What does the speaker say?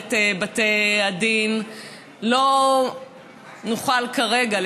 מערכת בתי הדין לא נוכל כרגע,